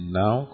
now